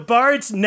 Bard's